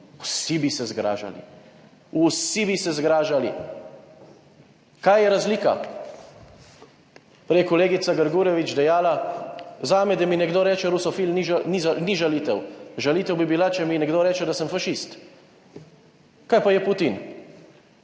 Vsi bi se zgražali, vsi bi se zgražali. Kaj je razlika? Prej je kolegica Grgurevič dejala, »Zame, da mi nekdo reče rusofil, ni žalitev. Žalitev bi bila, če mi nekdo reče, da sem fašist.« Kaj pa je Putin,